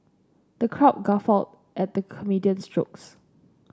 the crowd guffawed at the comedian's jokes